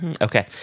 Okay